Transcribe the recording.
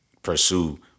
Pursue